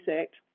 Act